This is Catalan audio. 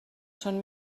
són